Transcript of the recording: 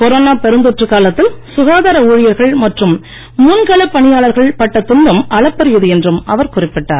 corona பெருந்தொற்று காலத்தில் சுகாதார ஊழியர்கள் மற்றும் முன்களப் பணியாளர்கள் பட்ட துன்பம் அளப்பரியது என்றும் அவர் குறிப்பிட்டார்